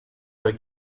her